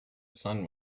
sun